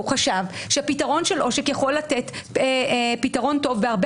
והוא חשב שהפתרון של עושק יכול לתת פתרון טוב בהרבה